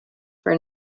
for